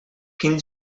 quin